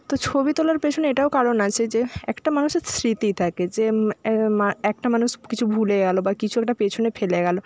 তো ছবি তোলার পেছনে এটাও কারণ আছে যে একটা মানুষের স্মৃতি থাকে যে একটা মানুষ কিছু ভুলে গেলো বা কিছু একটা পেছনে ফেলে গেলো